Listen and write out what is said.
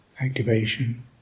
activation